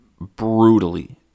brutally